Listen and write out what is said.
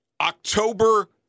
October